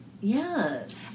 Yes